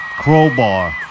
Crowbar